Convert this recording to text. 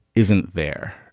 isn't there.